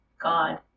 god